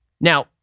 Now